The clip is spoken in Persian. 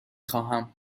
خواهم